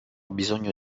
bisogno